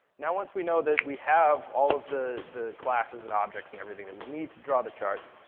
now once we know that we have all of the the classes, and objects, and everything that we need to draw the chart,